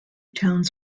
towns